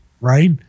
right